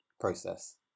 process